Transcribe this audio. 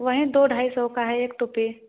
वही दो ढाई सौ का है एक टोपी